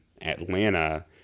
Atlanta